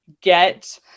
get